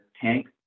tank